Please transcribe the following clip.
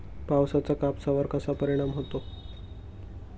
पावसाचा कापसावर कसा परिणाम होतो?